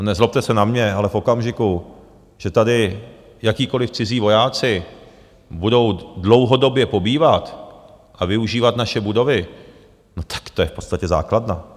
Nezlobte se na mě, ale v okamžiku, že tady jakýkoliv cizí vojáci budou dlouhodobě pobývat a využívat naše budovy, no tak to je v podstatě základna.